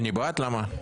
אני בעד, למה?